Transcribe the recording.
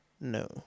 No